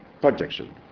projection